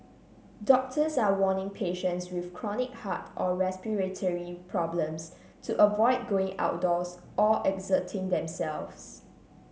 doctors are warning patients with chronic heart or respiratory problems to avoid going outdoors or exerting themselves